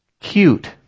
cute